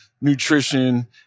nutrition